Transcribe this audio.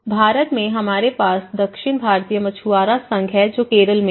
भारत में हमारे पास दक्षिण भारतीय मछुआरा संघ है जो केरल में है